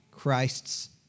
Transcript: Christ's